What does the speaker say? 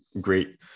great